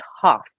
tough